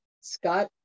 Scott